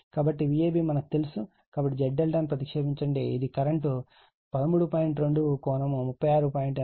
కాబట్టి Vab తెలుసు కాబట్టి Z∆ ను ప్రతిక్షేపించండి ఇది కరెంట్ 13